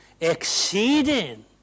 exceeding